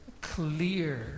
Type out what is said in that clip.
clear